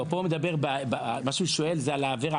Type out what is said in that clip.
מה שהוא שואל זה על העבירה.